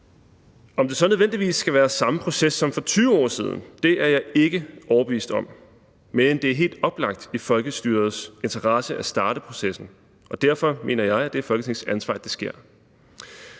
Om det så nødvendigvis skal være samme proces som for 20 år siden, er jeg ikke overbevist om, men det er helt oplagt i folkestyrets interesse at starte processen, og derfor mener jeg, at det er Folketingets ansvar, at det sker.